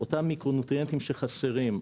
אותם מיקרונוטריאנטים שחסרים,